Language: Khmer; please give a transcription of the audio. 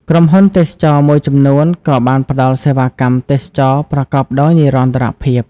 ក្រុមហ៊ុនទេសចរណ៍មួយចំនួនក៏បានផ្តល់សេវាកម្មទេសចរណ៍ប្រកបដោយនិរន្តរភាព។